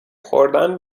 خوردن